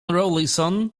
rawlison